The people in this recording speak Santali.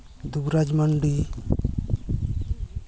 ᱫᱩᱵᱽᱨᱟᱡᱽ ᱢᱟᱱᱰᱤ